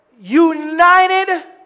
united